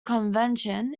convention